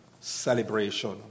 celebration